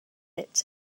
its